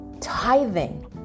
tithing